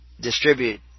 Distribute